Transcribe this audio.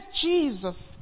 Jesus